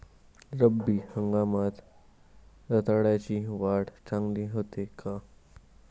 रब्बी हंगामात रताळ्याची वाढ चांगली होते का?